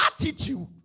attitude